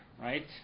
right